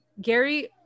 Gary